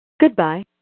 Goodbye